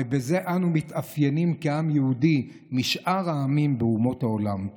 ובזה אנו מתאפיינים כעם היהודי משאר העמים באומות העולם.